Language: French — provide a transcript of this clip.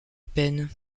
peine